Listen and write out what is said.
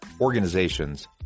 organizations